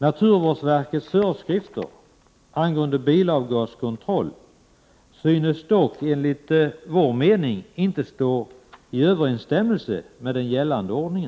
Naturvårdsverkets föreskrifter angående bilavgaskontroll synes dock enligt vår mening inte stå i överensstämmelse med den gällande ordningen.